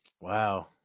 Wow